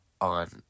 on